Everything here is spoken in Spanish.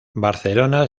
barcelona